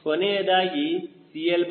ಕೊನೆಯದಾಗಿ CLCD ಪ್ರಮುಖವಾಗಿರುತ್ತದೆ